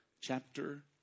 chapter